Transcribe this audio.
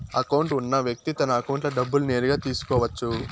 account ఉన్న వ్యక్తి తన అకౌంట్లో డబ్బులు నేరుగా తీసుకోవచ్చు